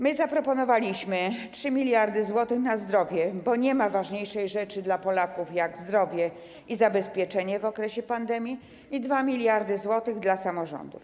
My zaproponowaliśmy 3 mld zł na zdrowie, bo nie ma ważniejszej rzeczy dla Polaków niż zdrowie i zabezpieczenie w okresie pandemii, i 2 mld zł dla samorządów.